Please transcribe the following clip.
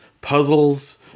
puzzles